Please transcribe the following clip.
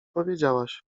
powiedziałaś